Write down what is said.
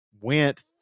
went